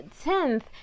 tenth